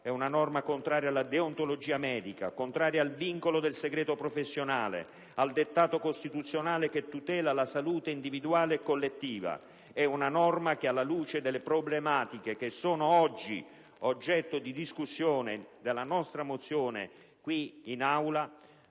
È una norma contraria all'etica e alla deontologia medica, contraria al vincolo del segreto professionale e al dettato costituzionale che tutela la salute individuale e collettiva; è una norma che, alla luce delle problematiche che sono oggetto della nostra mozione, va